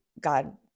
God